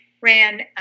ran